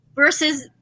versus